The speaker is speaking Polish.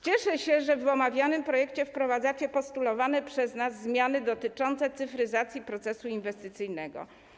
Cieszę się, że w omawianym projekcie wprowadzacie postulowane przez nas zmiany dotyczące cyfryzacji procesu inwestycyjnego.